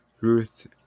Ruth